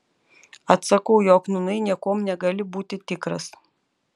atsakau jog nūnai niekuom negali būti tikras